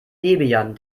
debian